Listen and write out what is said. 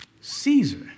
Caesar